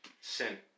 Sin